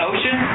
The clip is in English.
Ocean